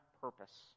purpose